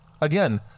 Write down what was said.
Again